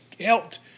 helped